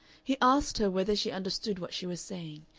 he asked her whether she understood what she was saying,